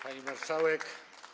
Pani Marszałek!